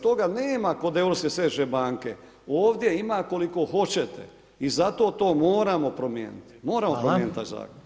To ga nema kod Europske središnje banke, ovdje ima koliko hoćete i zato to moramo promijeniti, moramo promijeniti taj zakon.